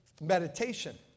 meditation